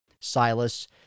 Silas